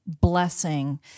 blessing